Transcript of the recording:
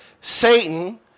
Satan